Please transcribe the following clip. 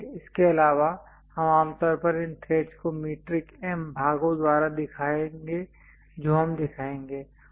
इसके अलावा हम आमतौर पर इन थ्रेड्स को मीट्रिक M भागों द्वारा दिखाएंगे जो हम दिखाएंगे